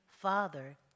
Father